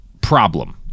problem